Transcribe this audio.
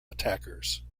attackers